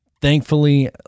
Thankfully